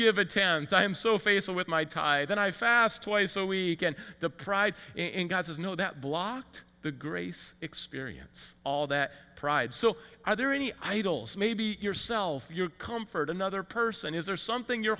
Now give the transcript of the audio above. give a tenth i'm so faithful with my tie then i fast twice a week and the pride in god says no that blocked the grace experience all that pride so are there any idols maybe yourself your comfort another person is there something you're